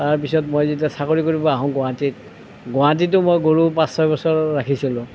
তাৰপিছত মই যেতিয়া চাকৰি কৰিব আহোঁ গুৱাহাটীত গুৱাহাটীতো মই গৰু পাঁচ ছয় বছৰ ৰাখিছিলোঁ